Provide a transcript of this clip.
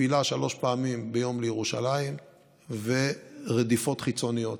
תפילה שלוש פעמים ביום לירושלים ורדיפות חיצוניות.